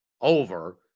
over